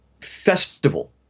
festival